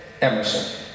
Emerson